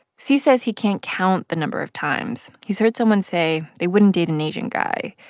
c says he can't count the number of times he's heard someone say they wouldn't date an asian guy.